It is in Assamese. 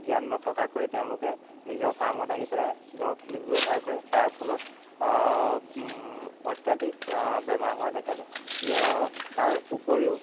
জ্ঞান নথকাকৈ তেওঁলোকে নিজৰ ফাৰ্মত আহি পেলাই দৰৱখিনি ব্যৱহাৰ কৰে তাৰ ফলত অত্যাধিক বেমাৰ হোৱা দেখা যায় তাৰ উপৰিও